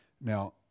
Now